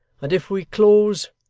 and if we close,